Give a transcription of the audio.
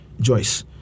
Joyce